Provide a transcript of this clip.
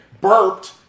Burped